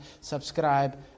subscribe